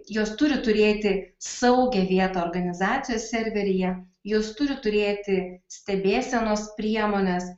jos turi turėti saugią vietą organizacijos serveryje jos turi turėti stebėsenos priemones